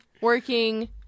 working